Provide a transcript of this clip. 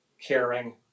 caring